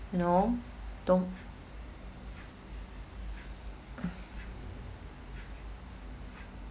you know don't